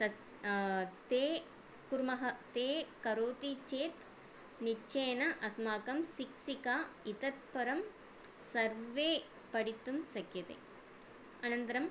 कः ते कुर्मः ते करोति चेत् निश्चयेन अस्माकं शिक्षिका इतः परं सर्वे पठितुं शक्यते अनन्तरं